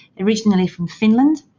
originally from finland.